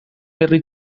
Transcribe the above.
herri